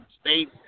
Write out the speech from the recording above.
State